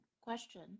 question